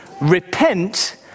Repent